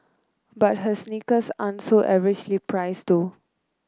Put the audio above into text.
but her sneakers aren't so averagely priced though